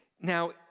Now